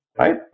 Right